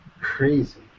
crazy